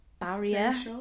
Barrier